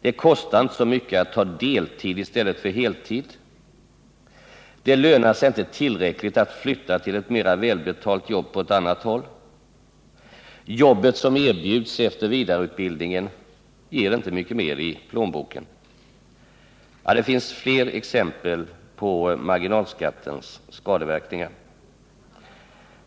Det kostar inte så mycket att ta deltid i stället för heltid. Det lönar sig inte tillräckligt att flytta till ett mer välbetalt jobb på annat håll. Jobbet som erbjuds efter vidareutbildningen ger inte mycket mer i plånboken. Det finns flera exempel på marginalskattens skadeverkningar.